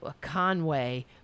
Conway